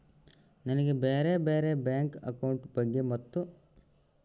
ನನಗೆ ಬ್ಯಾರೆ ಬ್ಯಾರೆ ಬ್ಯಾಂಕ್ ಅಕೌಂಟ್ ಬಗ್ಗೆ ಮತ್ತು?